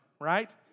right